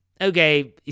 Okay